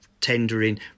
tendering